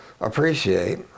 appreciate